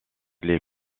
les